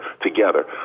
together